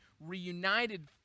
reunited